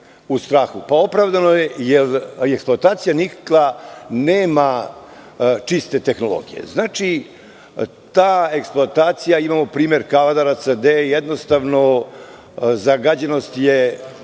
Pa, opravdano, jer eksploatacija nikla nema čiste tehnologije. Znači, ta eksploatacija, imamo primer Kavadaraca, gde jednostavno zagađenost je